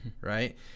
right